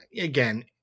again